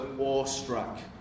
awestruck